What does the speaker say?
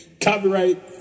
Copyright